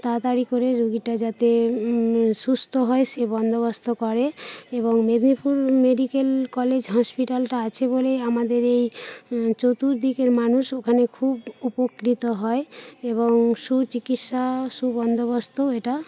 তাড়াতাড়ি করে রোগীটা যাতে সুস্থ হয় সে বন্দোবস্ত করে এবং মেদিনীপুর মেডিকেল কলেজ হসপিটালটা আছে বলেই আমাদের এই চতুর্দিকের মানুষ ওখানে খুব উপকৃত হয় এবং সুচিকিৎসা সুবন্দোবস্ত এটা